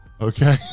okay